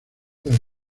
del